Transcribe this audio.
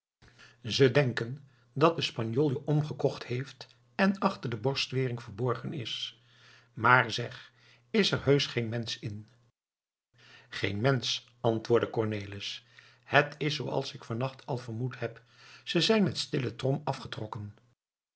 ze denken dat de spanjool je omgekocht heeft en achter de borstwering verborgen is maar zeg is er heusch geen mensch in geen mensch antwoordde cornelis het is zooals ik vannacht al vermoed heb ze zijn met stille trom afgetrokken